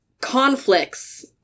conflicts